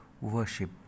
worship